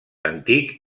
antic